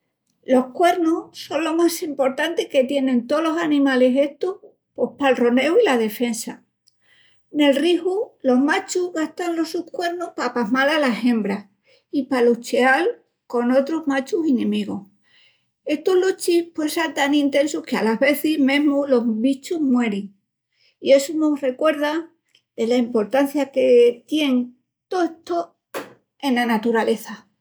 Los cuernus son lo más emportanti que tienin tolos animalis estus pos pal roneu i la defensa. Nel rixu, los machus gastan los sus cuernus pa apasmal alas hembras i pa lucheal con otrus machus inimigus. Estus luchis puein sel intesus i, alas vezis, fatalis, lo que mos recuerda dela emportancia que tien to esto ena naturaleza.